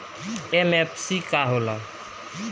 MFC का हो़ला?